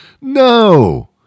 No